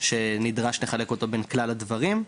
שנדרש לחלק אותו בין כלל הדברים.